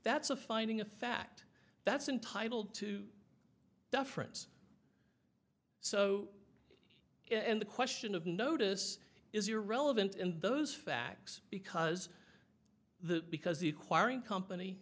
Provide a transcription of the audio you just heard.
that's a finding of fact that's entitle to deference so and the question of notice is irrelevant in those facts because the because the acquiring company